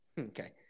Okay